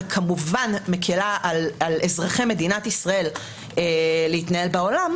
וכמובן מקלה על אזרחי מדינת ישראל להתנהל בעולם,